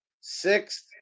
sixth